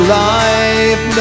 life